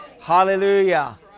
Hallelujah